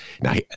Now